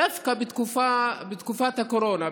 דווקא בתקופת הקורונה,